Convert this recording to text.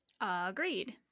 Agreed